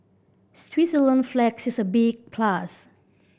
Switzerland flag is a big plus